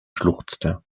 schluchzte